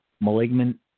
malignant